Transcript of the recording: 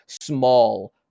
small